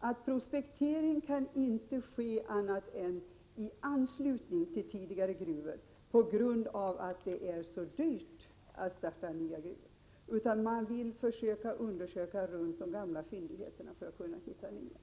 att prospektering inte kan ske annat än i anslutning till tidigare gruvor, på grund av att det är så dyrt att starta nya gruvor. Man vill undersöka områdena runt de gamla fyndigheterna för att försöka hitta nya.